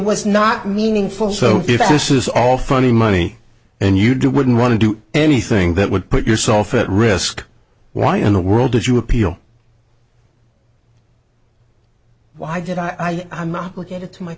was not meaningful so if this is all funny money and you do wouldn't want to do anything that would put yourself at risk why in the world did you appeal why did i i'm not looking at